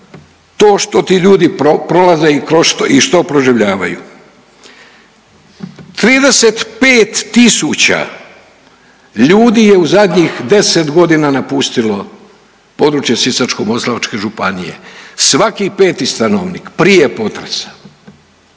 to što ti ljudi prolaze i kroz što i što proživljavaju. 35 tisuća ljudi je u zadnjih 10 godina napustilo područje Sisačko-moslavačke županije, svaki 5 stanovnik prije potresa.